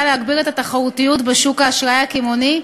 להגביר את התחרותיות בשוק האשראי הקמעונאי,